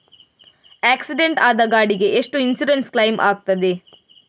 Accident ಆದ ಗಾಡಿಗೆ ಎಷ್ಟು ಇನ್ಸೂರೆನ್ಸ್ ಕ್ಲೇಮ್ ಆಗ್ತದೆ?